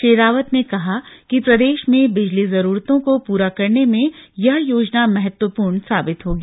श्री रावत ने कहा कि प्रदेश में बिजली जरूरतों को पूरा करने में यह योजना महत्वपूर्ण साबित होगी